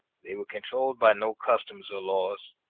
they were controlled by no customs or laws,